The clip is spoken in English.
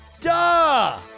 Duh